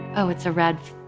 oh, it's a red,